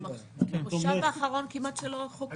במושב האחרון כמעט שלא הונחו.